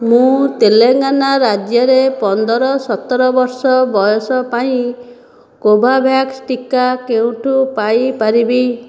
ମୁଁ ତେଲେଙ୍ଗାନା ରାଜ୍ୟରେ ପନ୍ଦର ସତର ବର୍ଷ ବୟସ ପାଇଁ କୋଭୋଭ୍ୟାକ୍ସ ଟିକା କେଉଁଠୁ ପାଇ ପାରିବି